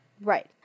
Right